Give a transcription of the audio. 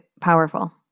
powerful